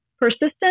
persistent